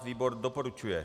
Výbor doporučuje.